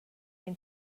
can